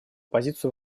позицию